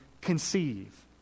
conceive